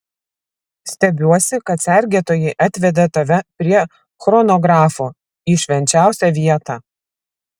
stebiuosi kad sergėtojai atvedė tave prie chronografo į švenčiausią vietą